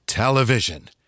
Television